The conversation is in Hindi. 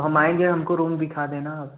हम आऍंगे हमको रूम दिखा देना आप